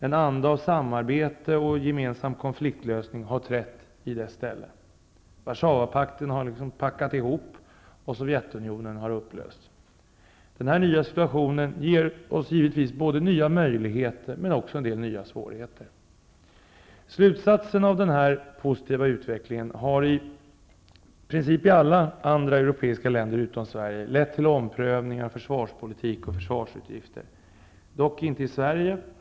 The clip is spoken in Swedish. En anda av samarbete och gemensam konfliktlösning har trätt i dess ställe. Warszawapakten har liksom packat ihop, och Sovjetunionen har upplösts. Den här nya situationen ger oss givetvis både nya möjligheter och också en del nya svårigheter. Slutsatsen av den här positiva utvecklingen har i princip i alla europeiska länder lett till omprövning av försvarspolitik och försvarsutgifter, dock inte i Sverige.